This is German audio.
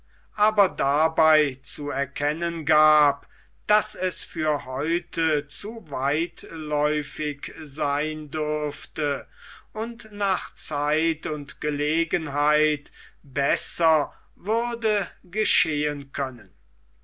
aber dabei zu erkennen gab daß es für heute zu weitläuftig sein dürfte und nach zeit und gelegenheit besser würde geschehen können